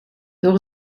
door